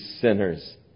sinners